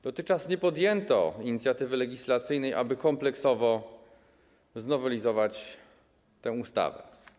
Dotychczas nie podjęto inicjatywy legislacyjnej, aby kompleksowo znowelizować tę ustawę.